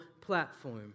platform